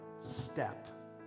step